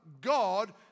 God